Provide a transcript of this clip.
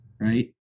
right